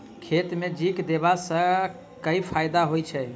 खेत मे जिंक देबा सँ केँ फायदा होइ छैय?